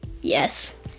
Yes